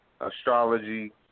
astrology